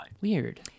Weird